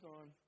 on